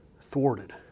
thwarted